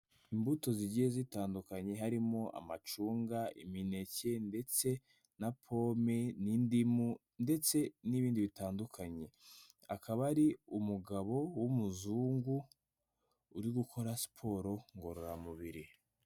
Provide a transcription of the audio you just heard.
Imbuto zigiye zitandukanye harimo amacunga, imineke ndetse na pome, n'indimu ndetse n'ibindi bitandukanye, akaba ari umugabo w'umuzungu uri gukora siporo ngororamubiri.